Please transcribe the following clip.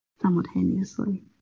simultaneously